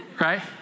right